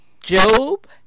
Job